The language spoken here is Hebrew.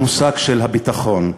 המושג של הביטחון.